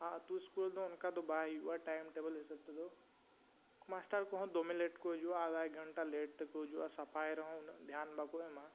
ᱟᱨ ᱟᱹᱛᱩ ᱨᱮᱫᱚ ᱚᱱᱠᱟ ᱫᱚ ᱵᱟᱭ ᱦᱩᱭᱩᱜᱼᱟ ᱦᱤᱥᱟᱹᱵᱽ ᱛᱮᱫᱚ ᱠᱚᱦᱚᱸ ᱫᱚᱢᱮ ᱠᱚ ᱦᱤᱡᱩᱜᱼᱟ ᱟᱫᱷᱟ ᱜᱷᱚᱱᱴᱟ ᱛᱮᱠᱚ ᱦᱤᱡᱩᱜᱼᱟ ᱥᱟᱯᱷᱟᱭ ᱨᱮᱦᱚᱸ ᱩᱱᱟᱹᱜ ᱫᱷᱮᱭᱟᱱ ᱵᱟᱠᱚ ᱮᱢᱟ